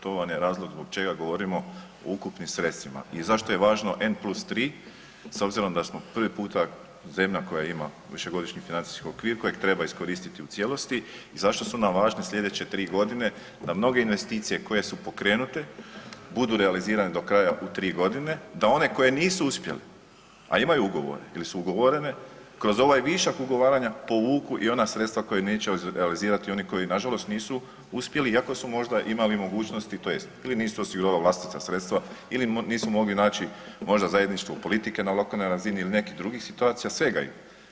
To vam je razlog zbog čega govorimo o ukupnim sredstvima i zašto je važno N+3 s obzirom da smo prvi puta zemlja koja ima višegodišnji financijski okvir kojeg treba iskoristiti u cijelosti i zašto su nam važne sljedeće tri godine da mnoge investicije koje su pokrenute budu realizirane do kraja u tri godine, da one koje nisu uspjeli, a imaju ugovore ili su ugovorene kroz ovaj višak ugovaranja povuku i ona sredstva koja neće realizirati oni koji nažalost nisu uspjeli iako su možda imali mogućnosti tj. ili nisu osigurali vlastita sredstva ili nisu mogli naći možda zajedništvo politike na lokalnoj razini ili nekih drugih situacija, svega ima.